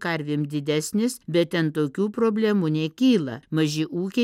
karvėm didesnis bet ten tokių problemų nekyla maži ūkiai